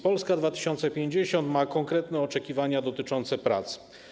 Polska 2050 ma konkretne oczekiwania dotyczące prac.